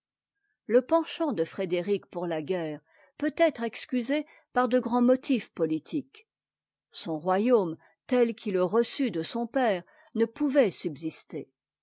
le penchant de frédéric pour la guerre peut être excusé par de grands motifs politiques son royaume tel qu'il le reçut de son père ne pouvait subsister